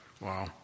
Wow